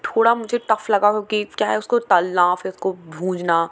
थोड़ा मुझे टफ लगा क्योंकि क्या है उसको तलना फिर उसको भूंजना